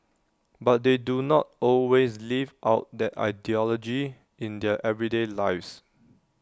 but they do not always live out that ideology in their everyday lives